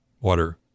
water